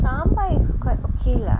saamba is quite okay lah